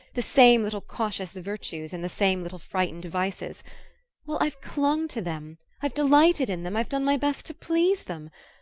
the same little cautious virtues and the same little frightened vices well, i've clung to them, i've delighted in them, i've done my best to please them.